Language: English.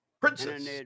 Princess